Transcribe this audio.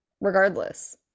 regardless